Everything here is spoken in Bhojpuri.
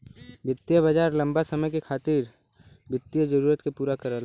वित्तीय बाजार लम्बा समय के खातिर वित्तीय जरूरत के पूरा करला